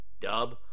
Dub